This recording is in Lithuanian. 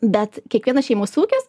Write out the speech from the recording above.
bet kiekvienas šeimos ūkis